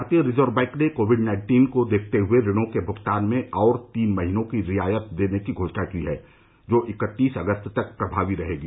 भारतीय Reserve Bank ने COVID nineteen को देखते हुए ऋणों के भुगतान में और तीन महीनों की रियायत देने की घोषणा की है जो इकत्तीस अगस्त तक प्रभावी रहेगी